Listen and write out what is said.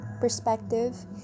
perspective